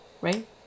right